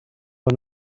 one